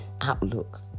outlook